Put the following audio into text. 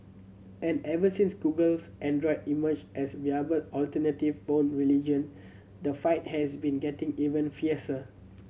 and ever since Google's Android emerged as a viable alternative phone religion the fight has been getting even fiercer